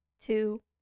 two